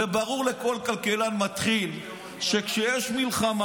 וברור לכל כלכלן מתחיל שכשיש מלחמה,